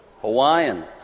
Hawaiian